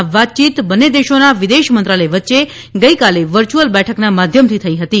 આ વાતયીત બંને દેશોના વિદેશ મંત્રાલય વચ્ચે ગઇકાલે વર્યુઅલ બેઠકના માધ્યમથી થઇ હતી